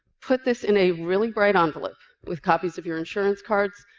put this in a really bright envelope with copies of your insurance cards,